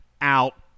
out